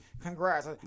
congrats